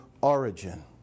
origin